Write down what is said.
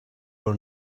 were